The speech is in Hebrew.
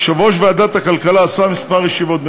יושב-ראש ועדת הכלכלה עשה כמה ישיבות,